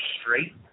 straight